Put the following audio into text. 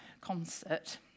concert